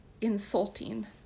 insulting